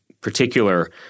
particular